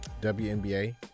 WNBA